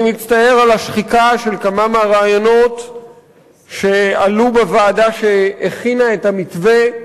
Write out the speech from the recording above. אני מצטער על השחיקה של כמה מהרעיונות שעלו בוועדה שהכינה את המתווה,